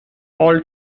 all